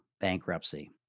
bankruptcy